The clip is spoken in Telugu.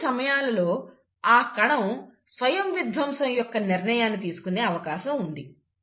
అటువంటి సమయాలలో ఆ కణం స్వయం విధ్వంసం యొక్క నిర్ణయాన్ని తీసుకునే అవకాశం ఉంది